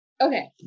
Okay